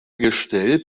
gestell